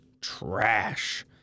trash